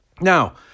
Now